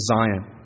Zion